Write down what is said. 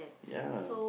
ya